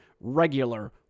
regular